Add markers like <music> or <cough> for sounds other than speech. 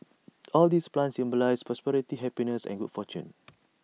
<noise> all these plants symbolise prosperity happiness and good fortune